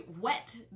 wet